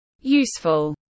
Useful